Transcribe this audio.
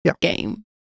game